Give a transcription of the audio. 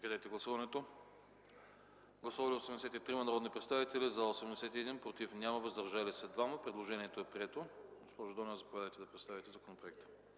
пленарно заседание. Гласували 83 народни представители: за 81, против няма, въздържали се 2. Предложението е прието. ГоспожоДонева, заповядайте да представите законопроекта.